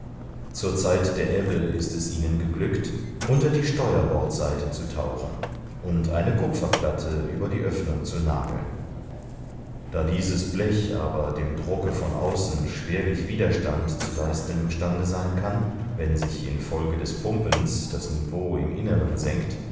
zur zeit der ebbe ist es ihnen geglückt unter die steuerbordseite zu tauchen und eine kupferplatte über die oeffnung zu nageln da dieses blech aber dem drucke von außen schwerlich widerstand zu leisten im stande sein kann wenn sich in folge des pumpens das niveau im inneren senkt